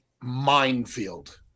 minefield